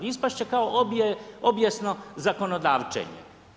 Ispast će kao obijesno zakonodavčenje.